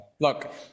Look